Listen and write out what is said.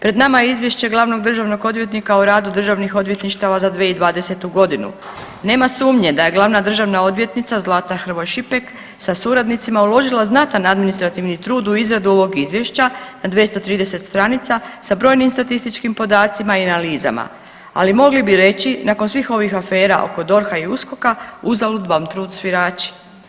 Pred nama je Izvješće glavnog državnog odvjetnika o radu državnih odvjetništava za 2020.g. Nema sumnje da je glavna državna odvjetnica Zlata Hrvoj Šipek sa suradnicima uložila znatan administrativni trud u izradu ovog izvješća na 230 stranica sa brojnim statističkim podacima i analizama, ali mogli bi reći nakon svih ovih afera oko DORH-a i USKOK-a uzalud vam trud svirači.